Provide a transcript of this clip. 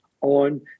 on